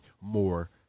more